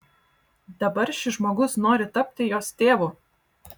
dabar šis žmogus nori tapti jos tėvu